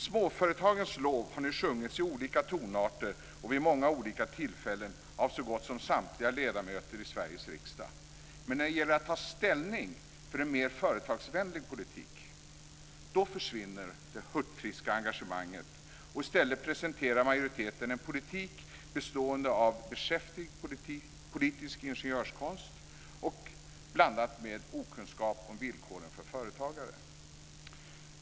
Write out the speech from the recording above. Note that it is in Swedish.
Småföretagens lov har nu sjungits i olika tonarter och vid många olika tillfällen av så gott som samtliga ledamöter i Sveriges riksdag. Men när det gäller att ta ställning för en mer företagsvänlig politik, då försvinner det hurtfriska engagemanget. I stället presenterar majoriteten en politik bestående av beskäftig politisk ingenjörskonst blandat med okunskap om villkoren för företagare.